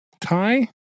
tie